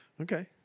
Okay